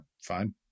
fine